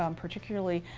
um particularly,